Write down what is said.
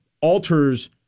alters